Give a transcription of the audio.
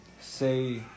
say